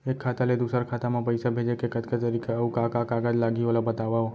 एक खाता ले दूसर खाता मा पइसा भेजे के कतका तरीका अऊ का का कागज लागही ओला बतावव?